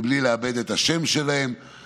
בלי לאבד את השם שלהם,